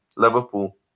Liverpool